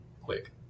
quick